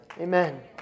Amen